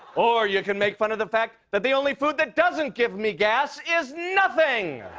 or you could make fun of the fact that the only food that doesn't give me gas is nothing.